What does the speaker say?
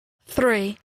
three